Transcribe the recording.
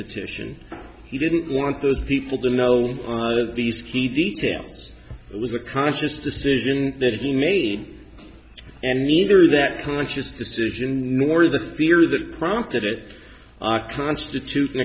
petition he didn't want those people to know one of these key details it was a conscious decision that he made and neither that conscious decision nor the fear that prompted it constitutes an